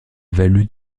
valu